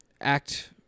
act